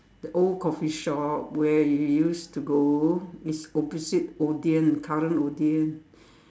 the old coffee shop where you used to go is opposite Odean the current Odean